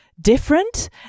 different